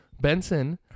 Benson